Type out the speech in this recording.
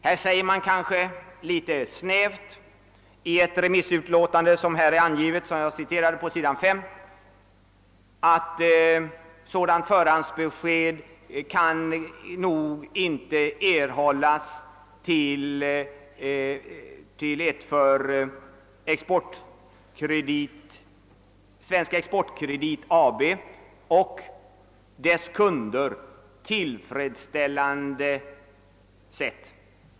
Här säger man litet snävt i ett remissuttalande, som är citerat på s. 5 i utskottsutlåtandet, att sådant förhandsbesked nog inte kan erhållas på ett för AB Svensk exportkredit och dess kunder tillfredsställande sätt.